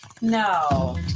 no